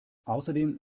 außerdem